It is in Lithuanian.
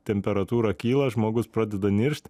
temperatūra kyla žmogus pradeda niršt